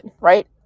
right